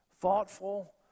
thoughtful